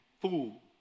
fool